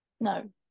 No